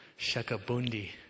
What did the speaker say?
Shakabundi